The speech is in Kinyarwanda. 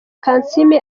kansiime